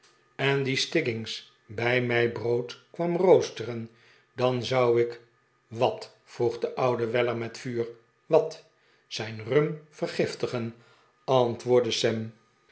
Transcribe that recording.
en die stiggins bij mij brood kwam roosteren dan zou ik wat vroeg de oude weller met vuur watr zijn rum vergiftigen antwoordde sam